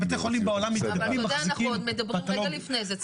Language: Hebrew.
מדברים רגע לפני זה.